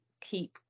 keep